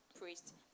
priest